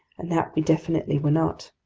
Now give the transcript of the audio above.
and that we definitely were not.